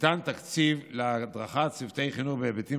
ניתן תקציב להדרכת צוותי חינוך בהיבטים